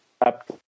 up